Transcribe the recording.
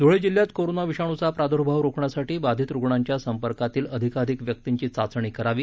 धुळे जिल्ह्यात कोरोना विषाण्चा प्रादुर्भाव रोखण्यासाठी बाधित रुग्णांच्या संपर्कातील अधिकाधिक व्यक्तींची चाचणी करावी